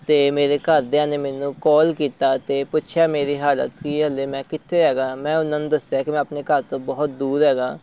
ਅਤੇ ਮੇਰੇ ਘਰਦਿਆਂ ਨੇ ਮੈਨੂੰ ਕੋਲ ਕੀਤਾ ਅਤੇ ਪੁੱਛਿਆ ਮੇਰੀ ਹਾਲਤ ਕੀ ਹੈ ਹਲੇ ਮੈਂ ਕਿੱਥੇ ਹੈਗਾ ਹਾਂ ਮੈਂ ਉਹਨਾਂ ਨੂੰ ਦੱਸਿਆ ਹੈ ਮੈਂ ਆਪਣੇ ਘਰ ਤੋਂ ਬਹੁਤ ਦੂਰ ਹੈਗਾ